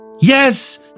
Yes